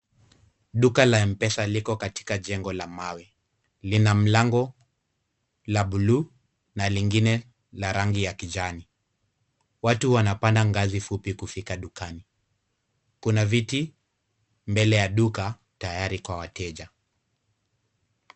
Duka la m-pesa liko katika jengo la mawe, lina mlango ya buluu na lingine la rangi ya kijani. Watu wanapanda ngazi fupi kufika dukani. Kuna viti mbele ya duka tayari kwa wateja.